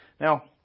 Now